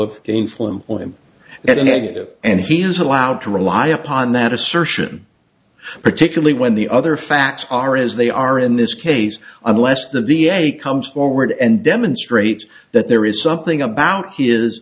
employment at a negative and he is allowed to rely upon that assertion particularly when the other facts are as they are in this case unless the v a comes forward and demonstrates that there is something about he is